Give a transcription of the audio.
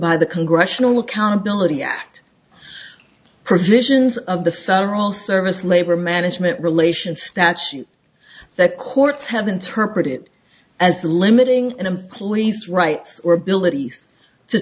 by the congressional accountability act provisions of the federal service labor management relations statute that courts have interpreted as limiting an employee's rights or abilities to